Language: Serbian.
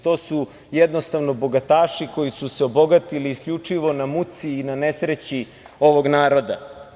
To su jednostavno bogataši koji su se obogatili isključivo na muci i nesreći ovog naroda.